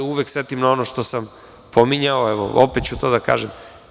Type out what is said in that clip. Uvek setim ono što sam pominjao, evo, opet ću to da kažem.